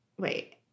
wait